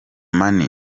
mane